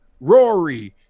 Rory